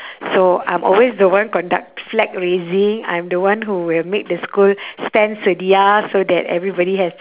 so I'm always the one conduct flag raising I'm the one who will make the school stand sedia so that everybody has